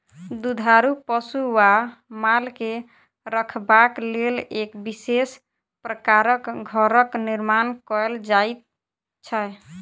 दुधारू पशु वा माल के रखबाक लेल एक विशेष प्रकारक घरक निर्माण कयल जाइत छै